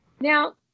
Now